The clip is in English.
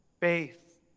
Faith